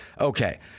Okay